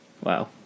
Wow